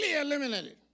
eliminated